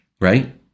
Right